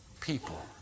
people